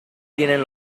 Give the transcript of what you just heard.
tienen